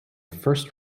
first